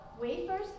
wafers